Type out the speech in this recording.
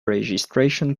registration